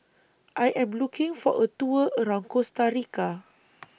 I Am looking For A Tour around Costa Rica